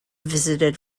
visited